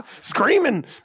screaming